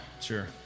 Sure